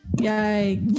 Yay